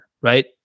Right